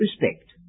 respect